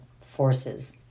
forces